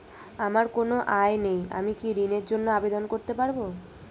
আমার কোনো আয় নেই আমি কি ঋণের জন্য আবেদন করতে পারব?